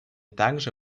также